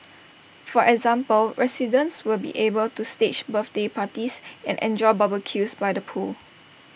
for example residents will be able to stage birthday parties and enjoy barbecues by the pool